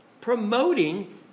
promoting